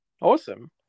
Awesome